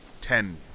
ten